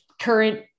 current